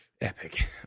Epic